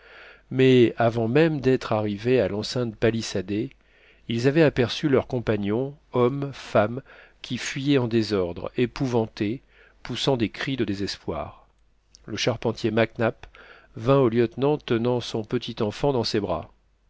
mais avant même d'être arrivés à l'enceinte palissadée ils avaient aperçu leurs compagnons hommes femmes qui fuyaient en désordre épouvantés poussant des cris de désespoir le charpentier mac nap vint au lieutenant tenant son petit enfant dans ses bras